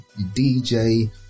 DJ